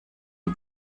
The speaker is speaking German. die